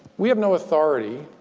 we have no authority.